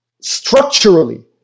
structurally